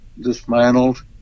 dismantled